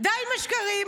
די עם השקרים?